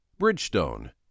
Bridgestone